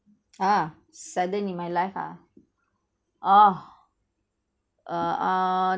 ah sudden in my life ah orh err uh